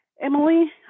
Emily